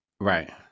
Right